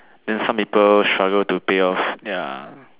then some people struggle to pay off ya